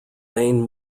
main